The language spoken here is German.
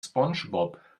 spongebob